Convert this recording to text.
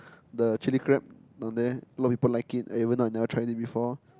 the chilli crab down there a lot of people like it and even though I never tried it before